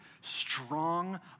strong